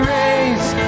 raise